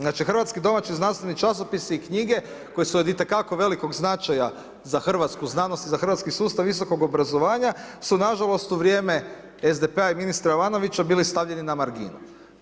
Znači hrvatski domaći znanstveni časopisi i knjige koje su od itekako velikoga značaja za hrvatsku znanost i za hrvatski sustav visokog obrazovanja su, nažalost, u vrijeme SDP-a i ministra Jovanovića, bili stavljeni na marginu.